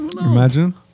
Imagine